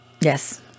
Yes